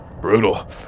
Brutal